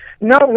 No